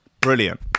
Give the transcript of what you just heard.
Brilliant